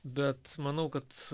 bet manau kad